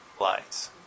lights